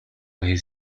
his